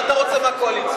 מה אתה רוצה מהקואליציה?